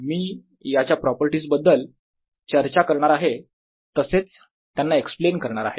मी याच्या प्रॉपर्टीज बद्दल चर्चा करणार आहे तसेच त्यांना एक्सप्लेन करणार आहे